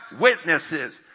witnesses